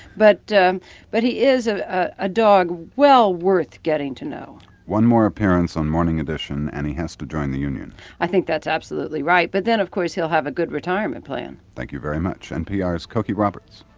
but but he is ah a dog well worth getting to know one more appearance on morning edition, and he has to join the union i think that's absolutely right. but then, of course, he'll have a good retirement plan thank you very much, npr's cokie roberts